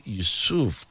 Yusuf